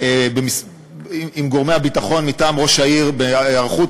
עם גורמי הביטחון מטעם ראש העיר על ההיערכות,